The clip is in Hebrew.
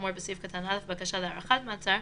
כאמור בסעיף קטן (א) בקשה להארכת מעצר,